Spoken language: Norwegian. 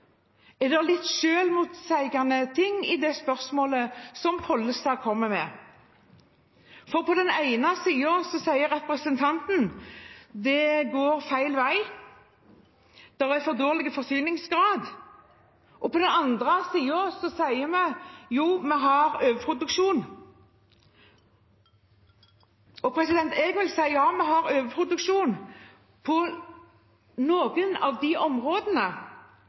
er. Er det litt selvmotsigende ting i spørsmålet representanten kommer med? På den ene siden sier representanten at det går feil vei og det er for dårlig forsyningsgrad. På den andre siden sier han at vi har overproduksjon. Jeg vil si at ja, vi har overproduksjon på noen av de områdene